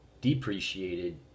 depreciated